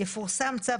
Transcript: סעיף 3 תוקפו של צו